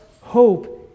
hope